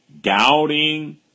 doubting